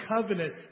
covenant